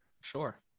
Sure